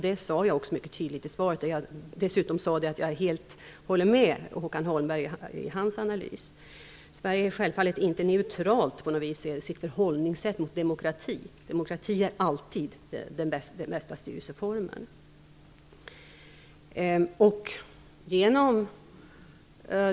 Det sade jag också mycket tydligt i svaret. Jag sade dessutom att jag helt ansluter mig till Håkan Holmbergs analys. Sverige är självfallet inte på något vis neutralt i sitt sätt att förhålla sig till demokrati. Demokrati är alltid den bästa styrelseformen.